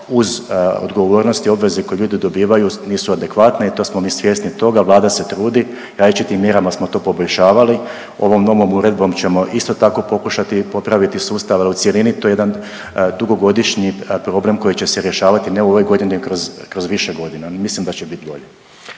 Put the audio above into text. uz odgovornosti i obveze koje ljudi dobivaju nisu adekvatne i to smo mi svjesni toga, vlada se trudi različitim mjerama smo to poboljšavali. Ovom novom uredbom ćemo isto tako pokušati popraviti sustav u cjelini, to je jedan dugogodišnji problem koji će se rješavati ne u ovoj godini nego kroz više godina, mislim da će bit bolje.